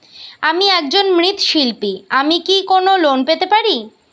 আমি একজন মৃৎ শিল্পী আমি কি কোন লোন পেতে পারি?